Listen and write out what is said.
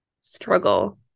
struggle